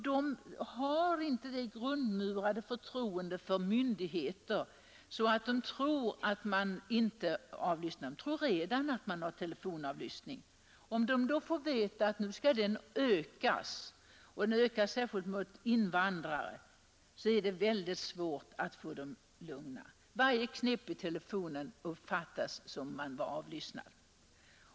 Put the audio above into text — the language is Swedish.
De har inte samma grundmurade förtroende för myndigheter som vi, utan de tror att telefonavlyssning redan förekommer här. Om de då får veta att telefonavlyssningen skall öka i omfattning, och öka särskilt mot invandrare, är det mycket svårt att få dem att känna sig lugna. Varje knäpp i telefonen uppfattas som om de vore avlyssnade.